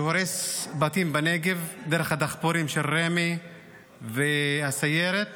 שהורס בתים בנגב דרך הדחפורים של רמ"י והסיירת